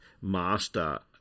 master